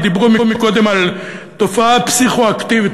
כי דיברו קודם על תופעה פסיכו-אקטיבית,